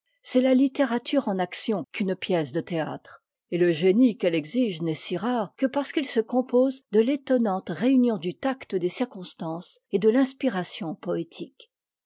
c'est la littérature en action qu'une pièce de théâtre et le génie qu'elle exige n'est si rare que parce qu'il se compose de étb inante réunion du'tact des circonstances et de l'inspiration poétique